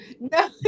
No